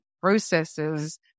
processes